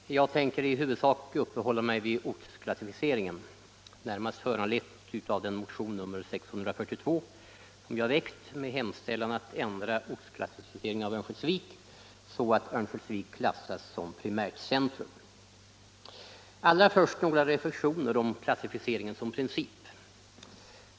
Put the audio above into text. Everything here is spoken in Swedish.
Herr talman! Jag tänker i huvudsak uppehålla mig vid ortsklassificeringen. Jag har i motionen 642 hemställt att ortsklassificeringen av Örnsköldsvik ändras så att Örnsköldsvik klassas som primärcentrum. Allra först några reflexioner om klassificeringens princip.